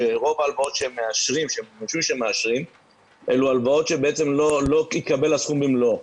שרוב ההלוואות שהם מאשרים אלו הלוואות שלא התקבל הסכום במלואו.